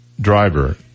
driver